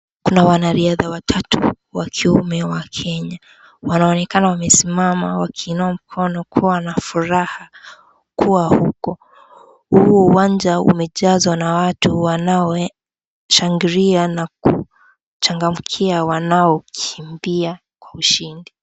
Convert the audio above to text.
Kuna wanariadha watatu wa kiume wa kenya wanaonekana wamesimama wakiinua mkono kuwa na furaha kuwa huko huo uwanja umejazwa na watu wanaoshangilia na kuchangamkia wanaokimbia kwa ushindi.